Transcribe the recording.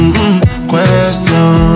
Question